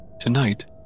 Tonight